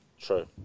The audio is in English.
True